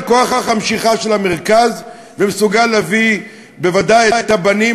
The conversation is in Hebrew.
כוח המשיכה של המרכז ומסוגל להביא בוודאי את הבנים